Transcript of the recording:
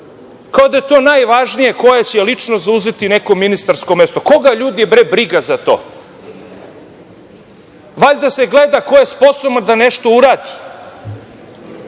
kao da je to najvažnije koja će ličnost zauzeti neko ministarsko mesto. Koga bre ljudi briga za to! Valjda se gleda ko je sposoban da nešto uradi,